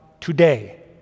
today